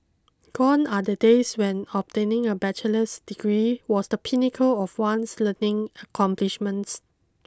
gone are the days when obtaining a bachelor's degree was the pinnacle of one's learning accomplishments